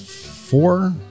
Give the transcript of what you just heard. four